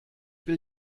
will